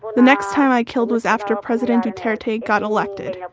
the next time i killed was after president duterte got elected.